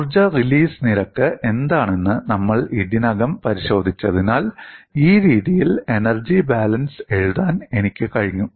ഊർജ്ജ റിലീസ് നിരക്ക് എന്താണെന്ന് നമ്മൾ ഇതിനകം പരിശോധിച്ചതിനാൽ ഈ രീതിയിൽ എനർജി ബാലൻസ് എഴുതാൻ എനിക്ക് കഴിഞ്ഞു